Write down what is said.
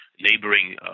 neighboring